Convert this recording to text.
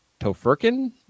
tofurkin